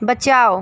बचाओ